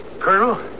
Colonel